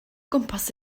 gwmpas